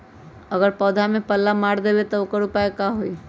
अगर पौधा में पल्ला मार देबे त औकर उपाय का होई?